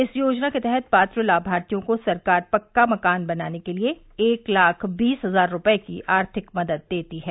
इस योजना के तहत पात्र लाभार्थियों को सरकार पक्का मकान बनाने के लिए एक लाख बीस हजार रूपये की आर्थिक मदद देती है